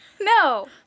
No